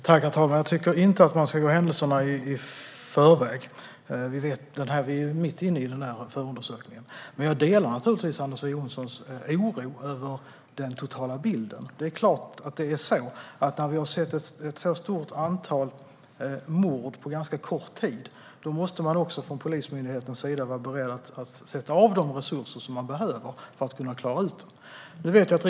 Herr talman! Jag tycker inte att man ska gå händelserna i förväg. De är mitt inne i förundersökningen. Men jag delar naturligtvis Anders W Jonssons oro över den totala bilden. Vi har sett ett stort antal mord på kort tid. Då måste Polismyndigheten såklart vara beredd att avsätta de resurser som behövs för att klara av det här.